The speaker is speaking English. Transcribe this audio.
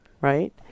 right